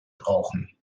brauchen